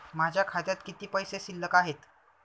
माझ्या खात्यात किती पैसे शिल्लक आहेत?